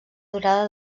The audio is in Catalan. durada